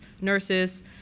nurses